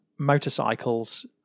motorcycles